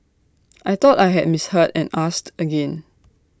I thought I had misheard and asked again